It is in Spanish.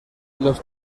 los